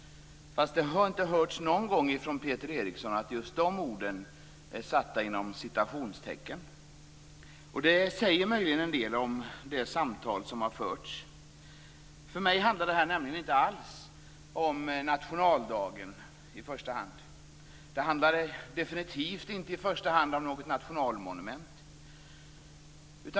Det har inte hörts någon gång från Peter Eriksson att just de orden är satta inom citationstecken. Det säger möjligen en del om det samtal som har förts. För mig handlar det nämligen inte alls om nationaldagen i första hand. Det handlar definitivt inte i första hand om något nationalmonument.